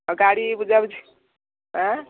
ଗାଡ଼ି ବୁଝାବୁଝି ଆଁ